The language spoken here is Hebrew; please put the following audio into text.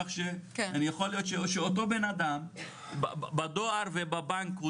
כך שיכול להיות שאותו בן אדם בדואר ובבנק הוא